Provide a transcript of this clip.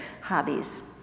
hobbies